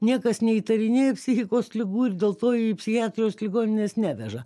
niekas neįtarinėja psichikos ligų ir dėl to į psichiatrijos ligonines neveža